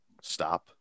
stop